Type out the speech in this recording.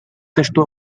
testu